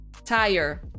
tire